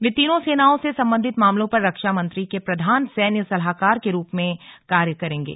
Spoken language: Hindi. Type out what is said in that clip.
वे तीनों सेनाओं से संबंधित मामलों पर रक्षा मंत्री के प्रधान सैन्य सलाहकार के रूप में कार्य करेंगे